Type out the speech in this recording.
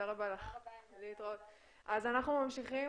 אנחנו ממשיכים.